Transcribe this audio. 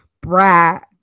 brat